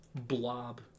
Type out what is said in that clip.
blob